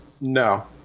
no